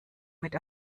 mit